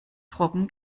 trocken